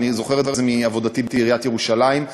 ואני זוכר את זה מעבודתי בעיריית ירושלים,